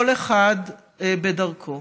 כל אחד בדרכו.